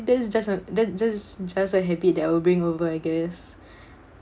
that's just a that just just a habit that I will bring over I guess